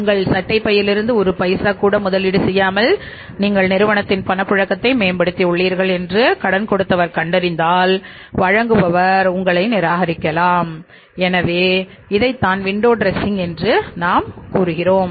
உங்கள் சட்டைப் பையில் இருந்து ஒரு பைசா கூட முதலீடு செய்யாமல் நீங்கள் நிறுவனத்தின் பணப்புழக்கத்தை மேம்படுத்தி உள்ளீர்கள் என்று கடன் கொடுத்தவர் கண்டறிந்தால் வழங்குபவர் உங்களை நிராகரிக்கலாம் எனவே இதைத்தான் விண்டோ ட்ரெஸ்ஸிங்ன் என்றுகூறுகிறோம்